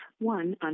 one